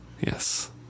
Yes